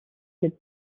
mit